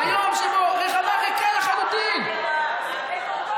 איזה הזיות.